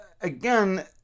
again